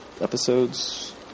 episodes